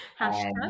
hashtag